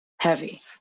Heavy